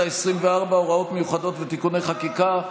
העשרים-וארבע (הוראות מיוחדות ותיקוני חקיקה),